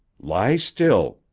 lie still,